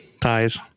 ties